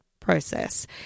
process